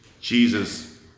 Jesus